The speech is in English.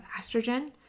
estrogen